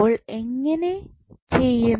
അപ്പോൾ എങ്ങനെ ചെയ്യും